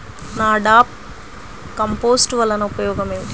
NADEP compost వలన ఉపయోగం ఏమిటి?